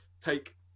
take